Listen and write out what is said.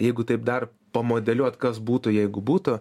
jeigu taip dar pamodeliuot kas būtų jeigu būtų